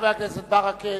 חבר הכנסת ברכה.